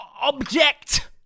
Object